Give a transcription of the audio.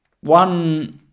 one